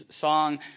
song